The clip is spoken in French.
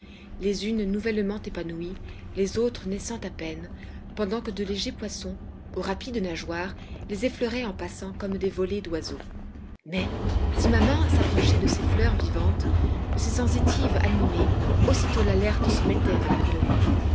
les unes nouvellement épanouies les autres naissant à peine pendant que de légers poissons aux rapides nageoires les effleuraient en passant comme des volées d'oiseaux mais si ma main s'approchait de ces fleurs vivantes de ces sensitives animées aussitôt l'alerte se mettait dans la colonie